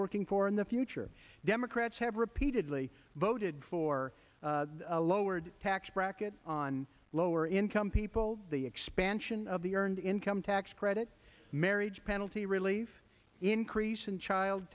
working for in the future democrats have repeatedly voted for a lowered tax bracket on lower income people the expansion of the earned income tax credit marriage penalty relief increase in child